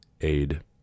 aid